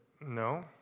No